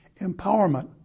empowerment